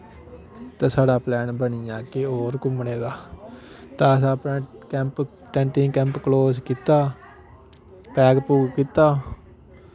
ते साढ़ा प्लैन बनी गेआ कि होर घूमने दा ते असें अपने कैंप टैंटें कैंप क्लोज कीता पैक पूक कीता